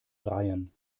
dreien